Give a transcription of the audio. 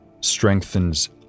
strengthens